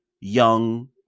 young